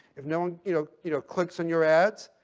if no one, you know, you know, clicks on your ads,